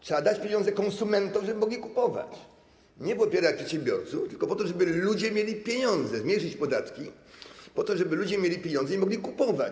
Trzeba dać pieniądze konsumentom, żeby mogli kupować, nie popierać przedsiębiorców, tylko dążyć do tego, żeby ludzie mieli pieniądze, zmniejszyć podatki po to, żeby ludzie mieli pieniądze i mogli kupować.